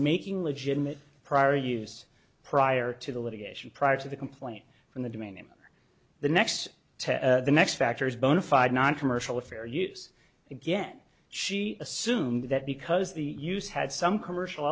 making legitimate prior use prior to the litigation prior to the complaint from the domain name the next to the next factor is bona fide noncommercial a fair use again she assumed that because the use had some commercial